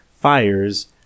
fires